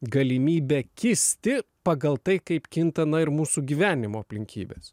galimybę kisti pagal tai kaip kinta na ir mūsų gyvenimo aplinkybės